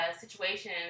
situation